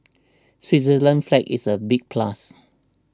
Switzerland's flag is a big plus